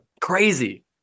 Crazy